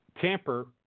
tamper